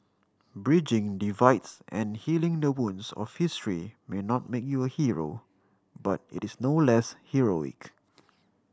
bridging divides and healing the wounds of history may not make you a hero but it is no less heroic